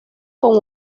con